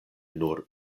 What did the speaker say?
nur